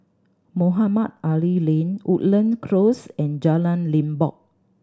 Mohamed Ali Lane Woodland Close and Jalan Limbok